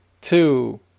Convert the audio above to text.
two